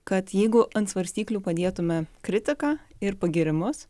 kad jeigu ant svarstyklių padėtume kritiką ir pagyrimus